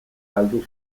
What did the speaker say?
galdu